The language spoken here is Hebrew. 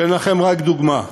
אתן לכם רק דוגמה: